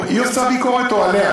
היא עושה ביקורת, או עליה?